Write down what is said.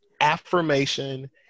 affirmation